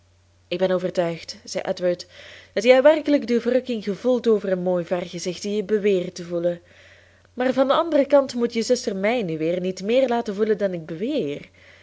ik ben overtuigd zei edward dat jij werkelijk de verrukking gevoelt over een mooi vergezicht die je beweert te voelen maar van den anderen kant moet je zuster mij nu weer niet méér laten voelen dan ik beweer